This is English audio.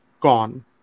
gone